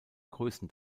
größen